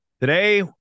Today